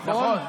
נכון?